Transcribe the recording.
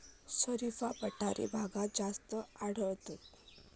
शरीफा पठारी भागात जास्त आढळता